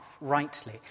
rightly